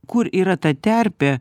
kur yra ta terpė